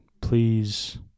please